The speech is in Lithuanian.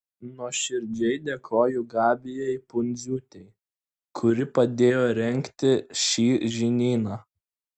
nuoširdžiai dėkoju gabijai pundziūtei kuri padėjo rengti šį žinyną